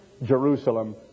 Jerusalem